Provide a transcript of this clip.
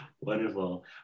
Wonderful